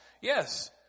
Yes